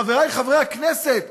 חברי חברי הכנסת,